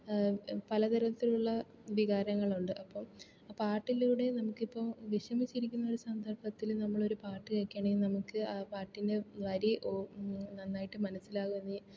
പലതരത്തിലുള്ള വികാരങ്ങളുണ്ട് അപ്പോൾ ആ പാട്ടിലൂടെ നമുക്ക് ഇപ്പോൾ വിഷമിച്ചിരിക്കുന്നൊരു സന്ദർഭത്തിൽ നമ്മളൊരു പാട്ട് കേൾക്കുകയാണെങ്കിൽ നമുക്ക് ആ പാട്ടിൻ്റെ വരി നന്നായിട്ട് മനസ്സിലാകും എന്ന്